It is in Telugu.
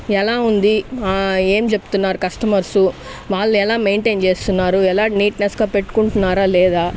ఎలా ఉంది ఏం చెప్తున్నారు కస్టమర్సు వాళ్ళు ఎలా మెయింటైన్ చేస్తున్నారు ఎలా నీట్నెస్గా పెట్టుకుంటున్నారా లేదా